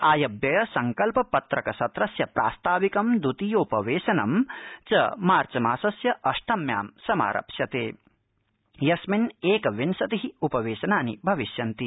आय व्यय संकल्प पत्रक सत्रस्य प्रास्ताविकं द्वितीयोपवेशनं च मार्च मासस्य अष्टम्याम् समारप्स्यते यस्मिन् एकविंशतिः उपवेशनानि भविष्यन्ति